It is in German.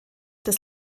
des